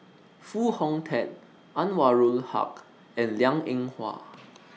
Foo Hong Tatt Anwarul Haque and Liang Eng Hwa